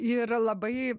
ir labai